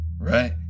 Right